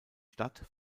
stadt